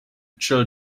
chill